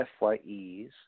FYEs